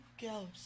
girls